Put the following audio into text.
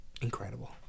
incredible